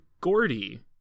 Gordy